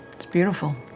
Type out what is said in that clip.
it's beautiful.